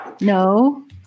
No